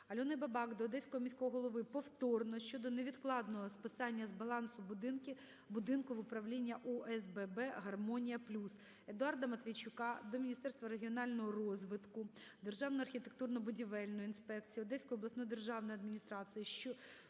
АльониБабак до Одеського міського голови повторно щодо невідкладного списання з балансу будинку в управління ОСББ "Гармонія-плюс". Едуарда Матвійчука до Міністерства регіонального розвитку, Державної архітектурно-будівельної інспекції, Одеської обласної державної адміністрації